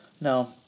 no